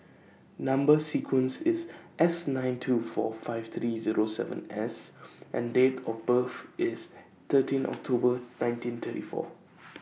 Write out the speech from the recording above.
Number sequence IS S nine two four five three Zero seven S and Date of birth IS thirteen October nineteen thirty four